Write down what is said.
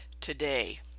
today